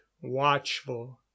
watchful